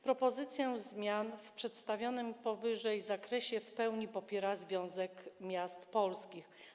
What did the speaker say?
Propozycję zmian w przedstawionym powyżej zakresie w pełni popiera Związek Miast Polskich.